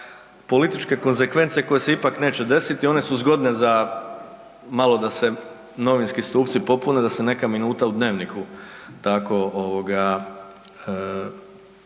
političke konsekvence koje se ipak neće desiti, one su zgodne za malo da se novinski stupci popune da se neka minuta u Dnevniku tako ispuni,